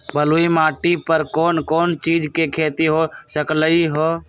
बलुई माटी पर कोन कोन चीज के खेती हो सकलई ह?